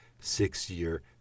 six-year